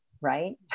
right